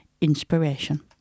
Inspiration